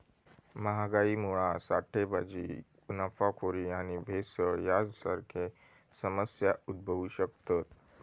महागाईमुळा साठेबाजी, नफाखोरी आणि भेसळ यांसारखे समस्या उद्भवु शकतत